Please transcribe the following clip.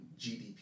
GDP